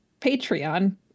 Patreon